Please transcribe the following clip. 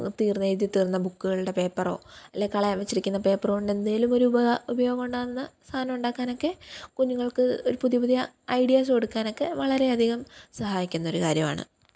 തീർന്ന എഴുതിത്തീർന്ന ബുക്കുകളുടെ പേപ്പറോ അല്ലെങ്കിൽ കളയാൻ വെച്ചിരിക്കുന്ന പേപ്പറുകൊണ്ട് എന്തേലും ഒരു ഉപയോഗമുണ്ടാവുന്ന സാധനമുണ്ടാക്കാനൊക്കെ കുഞ്ഞുങ്ങൾക്ക് ഒരു പുതിയ പുതിയ ഐഡിയാസ് കൊടുക്കാനൊക്കെ വളരെയധികം സഹായിക്കുന്നൊരു കാര്യമാണ്